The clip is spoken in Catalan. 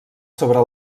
sobre